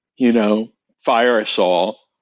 you know fire us all,